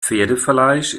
pferdefleisch